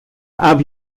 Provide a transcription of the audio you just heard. have